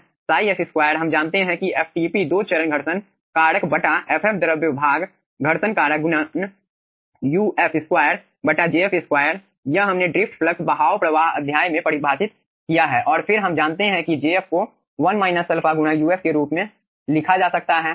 ϕ f2 हम जानते हैं कि fTP दो चरण घर्षण कारक बटा ff द्रव भाग घर्षण कारक गुणन uf 2 j f2 यह हमने ड्रिफ्ट फ्लक्स बहाव प्रवाह अध्याय में परिभाषित किया है और फिर हम जानते हैं कि jf को 1 α गुणा uf के रूप में लिखा जा सकता है